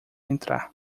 entrar